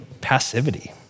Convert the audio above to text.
passivity